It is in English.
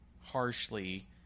harshly